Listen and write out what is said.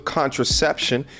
contraception